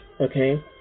Okay